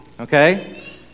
okay